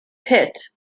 pitt